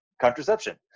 contraception